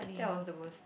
that was the worst